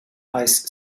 ice